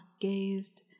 gazed